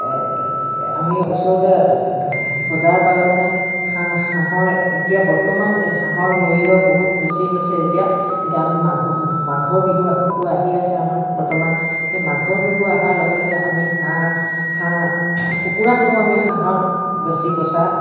তেতিয়া আমি ওচৰতে বজাৰ পালে মানে হাঁহ হাঁহৰ এতিয়া বৰ্তমান হাঁহৰ মূল্য বহুত বেছি হৈছে যেতিয়া এতিয়া আমি মাঘৰ মাঘৰ বিহুটো আহি আছে আমাৰ বৰ্তমান সেই মাঘৰ বিহু আহাৰ লগে লগে আমি হাঁহ হাঁহ কুকুৰাতকৈয়ো আমি হাঁহৰ বেছি পইচা